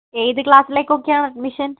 ഏത് ക്ലാസ്സിലേക്കൊക്കെയാണ് അഡ്മിഷൻ